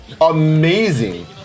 amazing